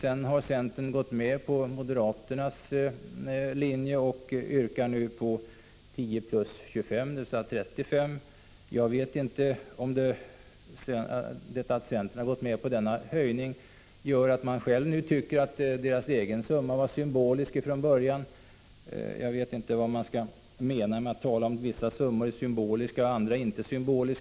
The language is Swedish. Sedan har centern gått med på moderaternas linje och yrkar nu på 10 plus 25, dvs. 35 milj.kr. Jag vet inte om detta att centern har gått med på denna höjning gör att man själv nu tycker att dess egen summa från början var symbolisk. Jag vet inte heller vad man skall mena med att säga att en viss summa är symbolisk och andra inte.